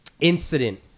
incident